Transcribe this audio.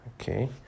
Okay